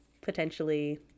potentially